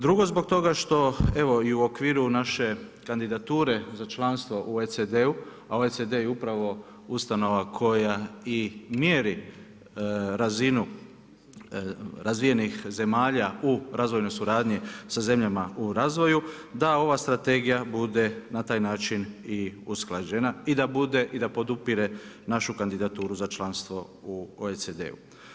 Drugo zbog toga što evo i u okviru naše kandidature za članstvo u OECD-u, a OECD je upravo ustanova koja i mjeri razinu razvijenih zemalja u razvojnoj suradnji sa zemljama u razvoju da ova strategija bude na taj način i usklađena i da bude i da podupire našu kandidaturu za članstvo u OECD-u.